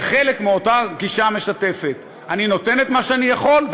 זה חלק מאותה גישה משתפת: אני נותן את מה שאני יכול,